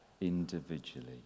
individually